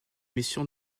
mission